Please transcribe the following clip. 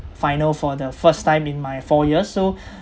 final for the first time in my four years so